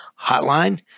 hotline